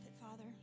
Father